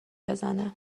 بزنه